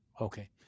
Okay